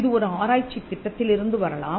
இது ஒரு ஆராய்ச்சித் திட்டத்திலிருந்து வரலாம்